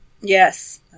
Yes